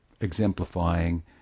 exemplifying